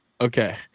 Okay